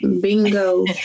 Bingo